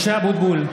(קורא בשם חבר הכנסת) משה אבוטבול,